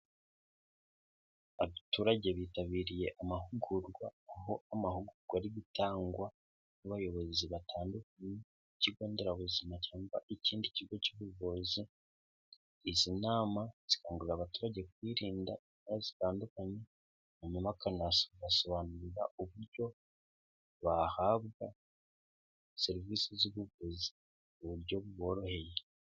Abaturage bitabiriye amahugurwa aho amahugurwa ari gutangwa n'abayobozi batandukanye ku kigo nderabuzima cyangwa ikindi kigo cy'ubuvuzi, izi nama zikangurira abaturage kwirinda indwara zitandukanye hanyuma bakanabasobanurira uburyo bahabwa serivisi z'ubuvuzi ku buryo bworoheje.